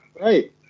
Right